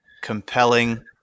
compelling